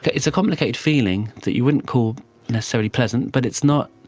ah it's a complicated feeling that you wouldn't call necessarily pleasant but it's not,